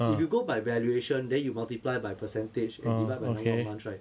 if you go by valuation then you multiply by percentage and divide by number of months right